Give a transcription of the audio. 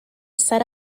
set